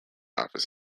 office